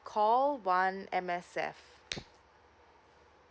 call one M_S_F